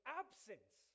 absence